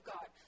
God